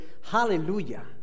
hallelujah